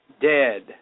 Dead